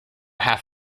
half